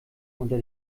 unter